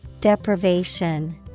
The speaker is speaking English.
Deprivation